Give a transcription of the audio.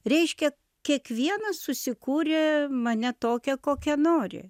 reiškia kiekvienas susikūrė mane tokią kokią nori